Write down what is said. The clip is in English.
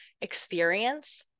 experience